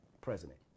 president